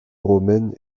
romaine